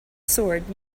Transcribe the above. sword